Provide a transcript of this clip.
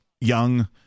young